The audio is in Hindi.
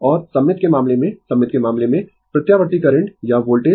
और सममित के मामले में सममित के मामले में प्रत्यावर्ती करंट या वोल्टेज